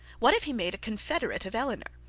what if he made a confidence of eleanor?